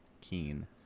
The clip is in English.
Keen